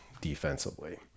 defensively